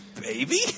baby